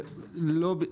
לא.